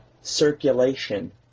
circulation